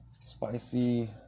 Spicy